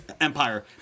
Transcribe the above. Empire